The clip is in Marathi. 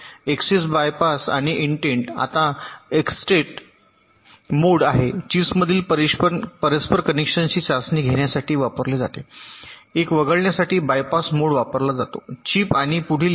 एक्सेस्ट बायपास आणि इंटेंट आता एक्स्टेस्ट मोड आहे चिप्समधील परस्पर कनेक्शनची चाचणी घेण्यासाठी वापरले जाते एक वगळण्यासाठी बायपास मोड वापरला जातो चिप आणि पुढील एक जा